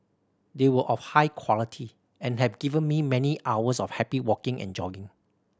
they were of high quality and have given me many hours of happy walking and jogging